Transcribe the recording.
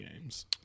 games